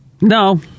No